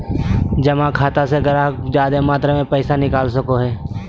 जमा खाता से गाहक जादे मात्रा मे पैसा निकाल सको हय